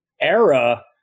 era